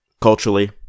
culturally